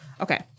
Okay